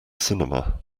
cinema